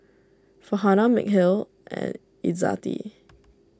Farhanah Mikhail and Izzati